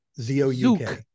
z-o-u-k